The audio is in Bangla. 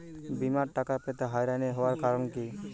বিমার টাকা পেতে হয়রানি হওয়ার কারণ কি?